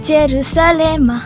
Jerusalem